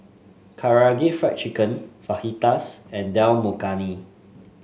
Karaage Fried Chicken Fajitas and Dal Makhani